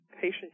patient